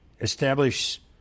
establish